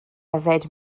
yfed